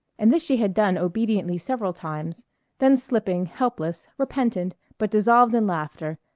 and this she had done obediently several times then slipping, helpless, repentant but dissolved in laughter,